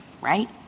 right